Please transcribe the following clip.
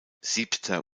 siebter